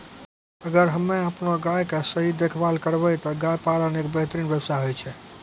अगर हमॅ आपनो गाय के सही देखभाल करबै त गाय पालन एक बेहतरीन व्यवसाय होय छै